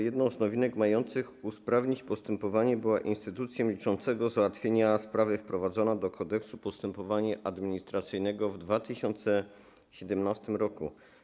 Jedną z nowinek mających usprawnić postępowanie była instytucja milczącego załatwienia sprawy wprowadzona do Kodeksu postępowania administracyjnego w 2017 r.